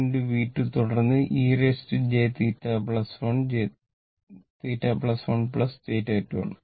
V2 തുടർന്ന് e jθ 1 θ2 ആണ്